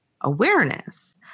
awareness